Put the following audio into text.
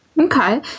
Okay